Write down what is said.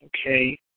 okay